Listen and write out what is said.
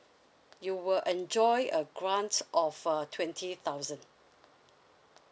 you will enjoy a grant of a twenty thousand